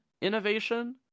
innovation